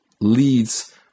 leads